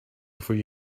before